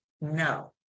no